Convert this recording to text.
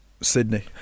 Sydney